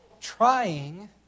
trying